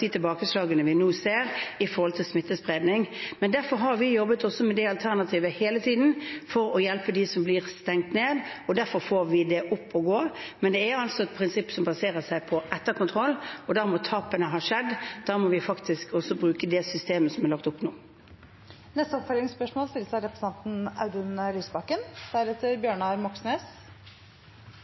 de tilbakeslagene vi nå ser med hensyn til smittespredning. Derfor har vi jobbet også med det alternativet hele tiden, for å hjelpe dem som blir stengt ned, og derfor får vi det opp å gå. Men det er altså et prinsipp som baserer seg på etterkontroll. Da må tapene ha skjedd, og da må vi faktisk også bruke det systemet som er lagt opp nå. Audun Lysbakken – til oppfølgingsspørsmål.